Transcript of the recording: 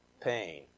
Pain